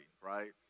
right